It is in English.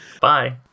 Bye